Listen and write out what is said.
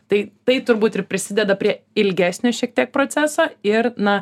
tai tai turbūt ir prisideda prie ilgesnio šiek tiek proceso ir na